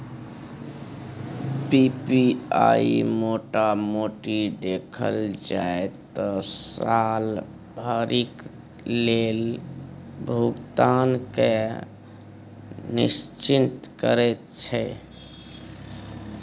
PPI मोटा मोटी देखल जाइ त साल भरिक लेल भुगतान केँ निश्चिंत करैत छै